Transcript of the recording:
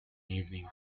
evening